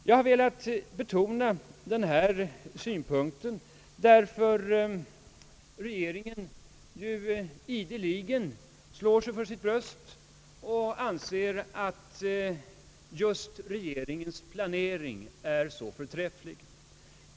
Jag har velat betona denna synpunkt, därför att regeringen ju ideligen slår sig för sitt bröst och anser att just regeringens planering är så förträfflig.